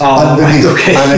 underneath